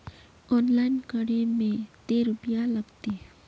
Online करे में ते रुपया लगते?